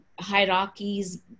Hierarchies